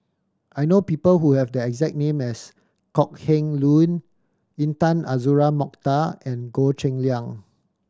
I know people who have the exact name as Kok Heng Leun Intan Azura Mokhtar and Goh Cheng Liang